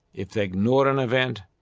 if they ignored an event,